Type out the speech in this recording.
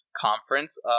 Conference